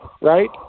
right